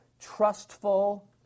trustful